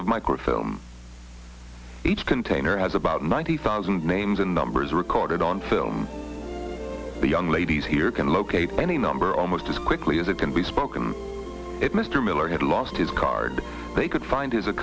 of microfilm each container has about ninety thousand names in the members recorded on film the young ladies here can locate any number almost as quickly as it can be spoken it mr miller had lost his card they could find his a